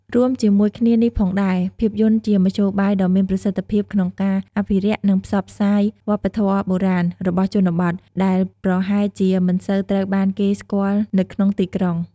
រួមជាមួយគ្នានេះផងដែរ ភាពយន្តជាមធ្យោបាយដ៏មានប្រសិទ្ធភាពក្នុងការ អភិរក្ស និងផ្សព្វផ្សាយវប្បធម៌បុរាណ របស់ជនបទ ដែលប្រហែលជាមិនសូវត្រូវបានគេស្គាល់នៅក្នុងទីក្រុង។